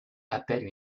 appelle